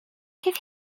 give